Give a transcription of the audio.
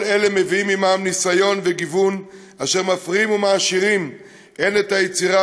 כל אלה מביאים עמם ניסיון וגיוון אשר מפרים ומעשירים הן את היצירה